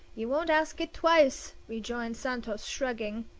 you won't ask it twice, rejoined santos, shrugging.